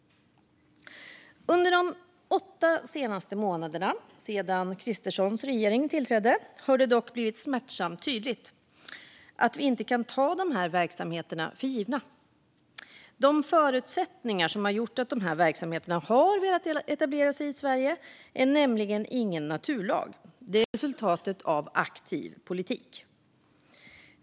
Under de åtta senaste månaderna, sedan Kristerssons regering tillträdde, har det dock blivit smärtsamt tydligt att vi inte kan ta dessa verksamheter för givet. De förutsättningar som gjort att dessa verksamheter har velat etablera sig i Sverige är nämligen ingen naturlag. De är resultatet av aktiv politik.